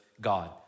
God